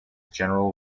general